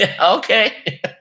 okay